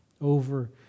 over